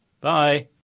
Bye